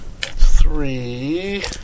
Three